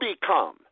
become